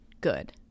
good